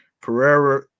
Pereira